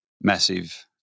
massive